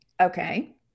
Okay